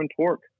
torque